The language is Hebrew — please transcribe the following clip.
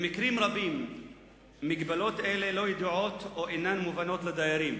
במקרים רבים מגבלות אלה לא ידועות או אינן מובנות לדיירים.